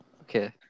Okay